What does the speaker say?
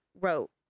wrote